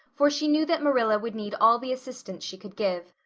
for she knew that marilla would need all the assistance she could give.